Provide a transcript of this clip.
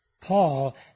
Paul